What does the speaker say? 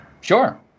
Sure